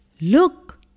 Look